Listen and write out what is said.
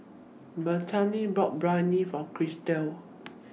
Bettina bought Biryani For Chrystal